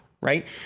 Right